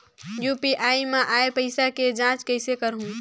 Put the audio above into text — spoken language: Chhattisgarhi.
यू.पी.आई मा आय पइसा के जांच कइसे करहूं?